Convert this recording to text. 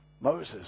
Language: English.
Moses